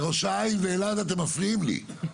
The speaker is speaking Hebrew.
ראש העין ואלעד אתם מפריעים לי,